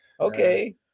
okay